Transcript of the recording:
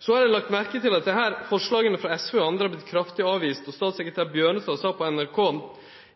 Så har eg lagt merke til at dette forslaget frå SV og andre har blitt kraftig avvist. Statssekretær Bjørnestad sa på NRK: